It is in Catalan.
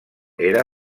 era